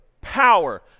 power